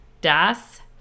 das